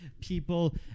people